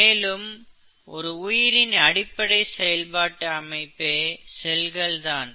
மேலும் ஒரு உயிரின் அடிப்படை செயல்பாட்டு அமைப்பே செல்கள்தான்